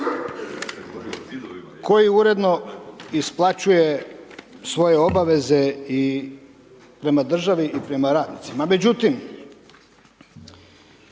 koji uredno isplaćuje svoje obaveze prema državi i prema radnicima. Međutim,